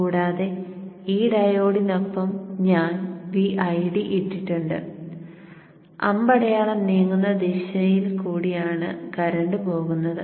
കൂടാതെ ഈ ഡയോഡിനൊപ്പം ഞാൻ Vid ഇട്ടിട്ടുണ്ട് അമ്പടയാളം നീങ്ങുന്ന ദിശയിൽ കൂടി ആണ് കറന്റ് പോകുന്നത്